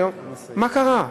מה קרה?